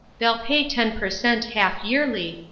they'll pay ten per cent. half yearly,